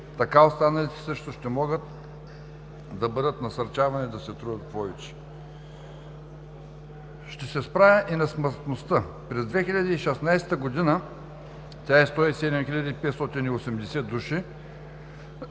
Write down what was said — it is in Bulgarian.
Така останалите също ще могат да бъдат насърчавани да се трудят повече. Ще се спра и на смъртността. През 2016 г. тя е 107 580 души,